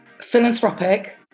philanthropic